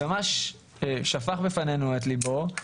וממש שפך בפנינו את ליבו.